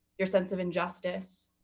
your sense of injustice,